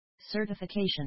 Certification